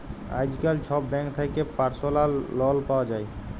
আইজকাল ছব ব্যাংক থ্যাকে পার্সলাল লল পাউয়া যায়